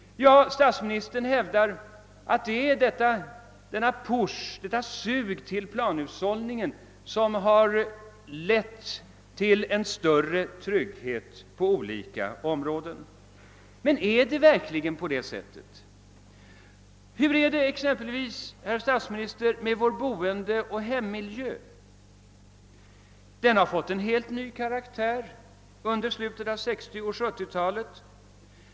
Ja, statsministern hävdar att det är denna push, detta sug till planhushållningen som har lett till en större trygghet på olika områden. Men är det verkligen på det sättet? Hur förhåller det sig exempelvis, herr statsminister, med vår boendeoch hemmiljö? Den har fått en helt ny karaktär mot slutet av 1960-talet.